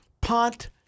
punt